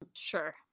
Sure